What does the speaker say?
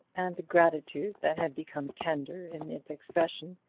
and the gratitude that had become tender in its expression,